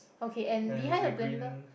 okay and behind the blender